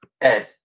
Ed